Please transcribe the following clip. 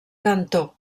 cantó